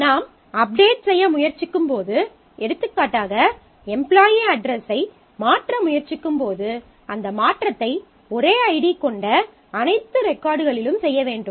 நாம் அப்டேட் செய்ய முயற்சிக்கும்போது எடுத்துக்காட்டாக எம்ப்லாயீ அட்ரஸை மாற்ற முயற்சிக்கும்போது அந்த மாற்றத்தை ஒரே ஐடி கொண்ட அனைத்து ரெக்கார்டுகளிலும் செய்ய வேண்டும்